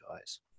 guys